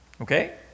Okay